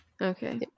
Okay